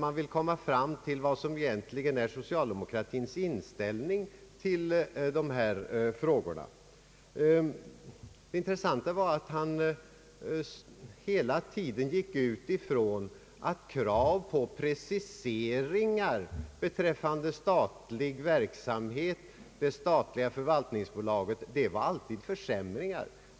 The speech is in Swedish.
man vill komma fram till vad som egentligen är socialdemokratins inställning i dessa frågor. Det märkliga var att herr Bertil Petersson hela tiden utgick ifrån att kravet på preciseringar beträffande det statliga förvaltningsbolagets verksamhet alltid innebar försämringar.